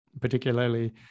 particularly